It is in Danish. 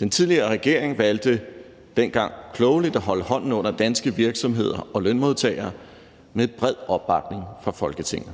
Den tidligere regering valgte dengang klogelig at holde hånden under danske virksomheder og lønmodtagere med bred opbakning fra Folketinget.